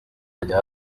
kuzajya